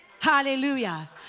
Hallelujah